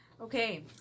Okay